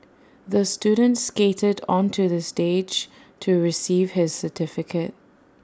the student skated onto the stage to receive his certificate